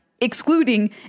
excluding